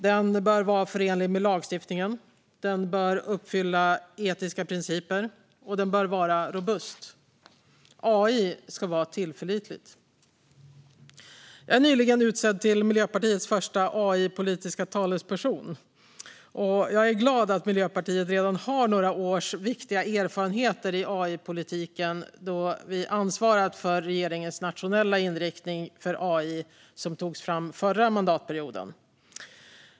AI bör vara förenlig med lagstiftningen, den bör uppfylla etiska principer och den bör vara robust. AI ska vara tillförlitligt. Jag är nyligen utsedd till Miljöpartiets första AI-politiska talesperson. Jag är glad att Miljöpartiet redan har några års viktiga erfarenheter i AI-politiken eftersom vi har ansvarat för regeringens nationella inriktning för AI, som togs fram förra mandatperioden.